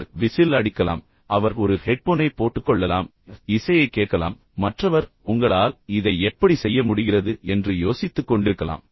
அவர் whistle அடிக்கலாம் அவர் ஒரு ஹெட்போனை போட்டுக்கொள்ளலாம் இசையைக் கேட்கலாம் மற்றவர் உங்களால் இதை எப்படி செய்ய முடிகிறது என்று யோசித்துக்கொண்டிருக்கலாம்